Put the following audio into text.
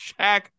Shaq